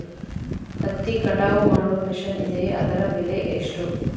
ಹತ್ತಿ ಕಟಾವು ಮಾಡುವ ಮಿಷನ್ ಇದೆಯೇ ಅದರ ಬೆಲೆ ಎಷ್ಟು?